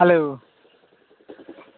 hello